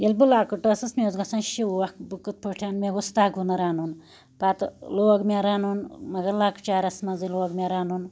ییٚلہِ بہٕ لَکٕٹۍ ٲسس مےٚ اوس گَژھان شوق بہٕ کتھ پٲٹھۍ مےٚ گوژھ تَگُن رَنُن پَتہٕ لوگ مےٚ رَنُن مگر لَکچارَس مَنزے لوگ مےٚ رَنُن